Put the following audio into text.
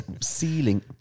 ceiling